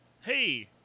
Hey